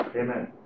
Amen